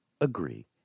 agree